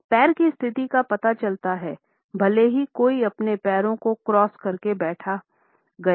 पैर की स्थिति का पता चलता है भले ही कोई अपने पैरों को क्रॉस करके बैठाया गया हो